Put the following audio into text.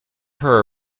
her